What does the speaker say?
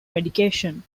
medication